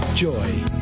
joy